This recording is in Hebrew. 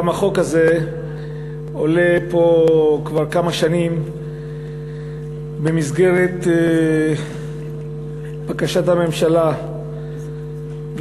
גם החוק הזה עולה פה כבר כמה שנים במסגרת בקשת הממשלה להאריך